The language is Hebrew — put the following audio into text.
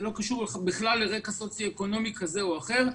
זה לא קשור בכלל לרקע סוציואקונומי כזה או אחר.